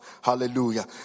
hallelujah